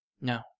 No